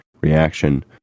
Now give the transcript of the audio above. reaction